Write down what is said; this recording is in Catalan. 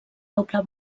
doble